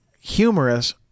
humorous